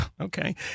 Okay